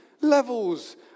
levels